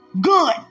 Good